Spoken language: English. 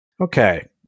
Okay